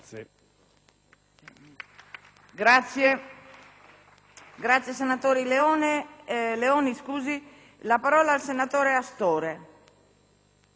Grazie